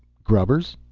grubbers?